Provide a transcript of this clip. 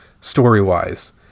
story-wise